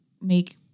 make